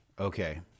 Okay